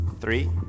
three